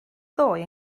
ddoe